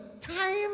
time